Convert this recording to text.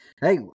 Hey